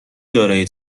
دارای